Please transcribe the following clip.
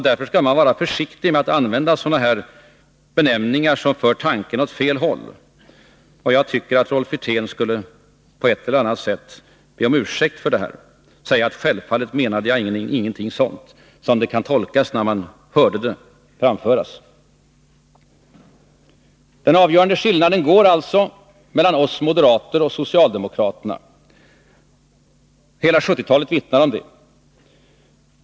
Därför skall man vara försiktig med att använda benämningar som för tanken åt fel håll. Jag tycker att Rolf Wirtén borde på ett eller annat sätt be om ursäkt för det här och säga: Självfallet menade jag ingenting sådant som det kan tolkas när man hörde det framföras. Den avgörande skiljelinjen går alltså mellan oss moderater och socialdemokraterna. Hela 1970-talet vittnar om detta.